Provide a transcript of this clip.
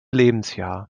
lebensjahr